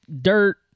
dirt